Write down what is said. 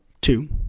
two